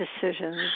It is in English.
decisions